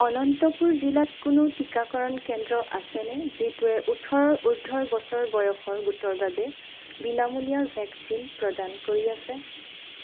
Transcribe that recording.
অনন্তপুৰ জিলাত কোনো টিকাকৰণ কেন্দ্ৰ আছেনে যিটোৱে ওঠৰ উৰ্দ্ধৰ বছৰ বয়সৰ গোটৰ বাবে বিনামূলীয়া ভেকচিন প্ৰদান কৰি আছে